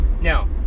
Now